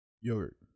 Yogurt